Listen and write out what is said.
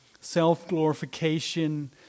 self-glorification